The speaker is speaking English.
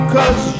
Cause